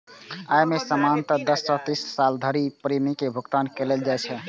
अय मे सामान्यतः दस सं तीस साल धरि प्रीमियम के भुगतान कैल जाइ छै